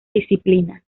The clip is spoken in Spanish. disciplina